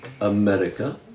america